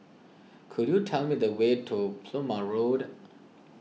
could you tell me the way to Plumer Road